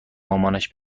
مامانش